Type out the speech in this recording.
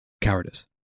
Cowardice